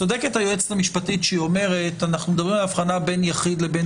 צודקת היועצת המשפטית כשהיא אומרת שאנחנו מדברים על אבחנה בין יחיד לבין